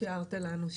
כשהערת לנו,